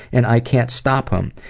and i can't stop him.